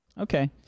Okay